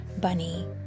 bunny